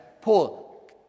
Paul